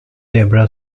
debra